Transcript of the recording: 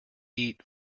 eat